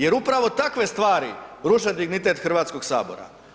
Jer upravo takve stvari ruše dignitet Hrvatskog sabora.